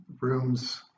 Rooms